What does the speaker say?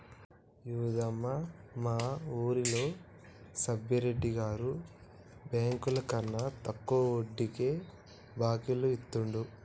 యాదమ్మ, మా వూరిలో సబ్బిరెడ్డి గారు బెంకులకన్నా తక్కువ వడ్డీకే బాకీలు ఇత్తండు